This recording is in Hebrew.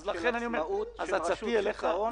עם עצמאות של רשות שוק ההון,